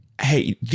Hey